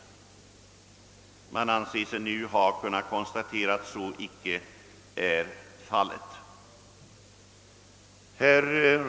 Man anser sig nu ha konstaterat att så icke är fallet.